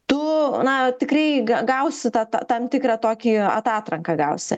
tu na tikrai gausi tą tą tam tikrą tokį atatranką gausi